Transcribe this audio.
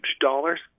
dollars